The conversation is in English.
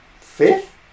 fifth